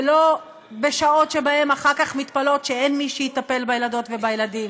ולא בשעות שבהן אחר כך מתפלאות שאין מי שיטפל בילדות ובילדים.